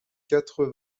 quatre